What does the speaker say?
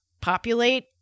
populate